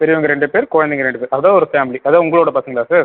பெரியவங்கள் ரெண்டு பேர் குழந்தைங்க ரெண்டு பேர் அப்டே ஒரு ஃபேமிலி அது உங்களோடய பசங்களாக சார்